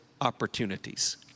opportunities